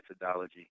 methodology